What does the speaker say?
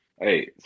Hey